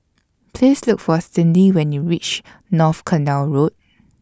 Please Look For Cyndi when YOU REACH North Canal Road